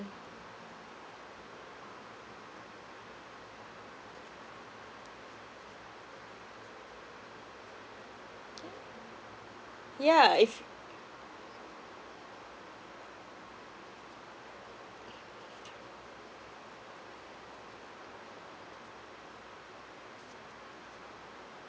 yeah if